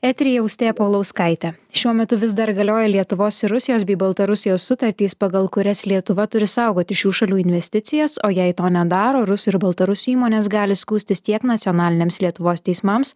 eteryje austėja paulauskaitė šiuo metu vis dar galioja lietuvos ir rusijos bei baltarusijos sutartys pagal kurias lietuva turi saugoti šių šalių investicijas o jei to nedaro rusų ir baltarusių įmonės gali skųstis tiek nacionaliniams lietuvos teismams